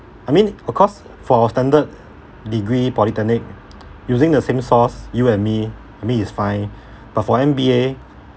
I mean of course for our standard degree polytechnic using the same source you and me I mean is fine but for M_B_A